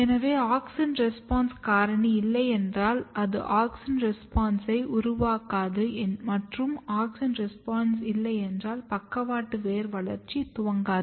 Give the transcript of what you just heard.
எனவே auxin response காரணி இல்லையென்றால் அது ஆக்ஸின் ரெஸ்பான்ஸை உருவாக்காது மற்றும் ஆக்ஸின் ரெஸ்பான்ஸ் இல்லையென்றால் பக்கவாட்டு வேர் வளர்ச்சி துவங்காது